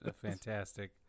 fantastic